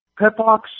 Petbox